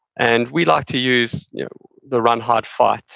and we like to use the run, hide, fight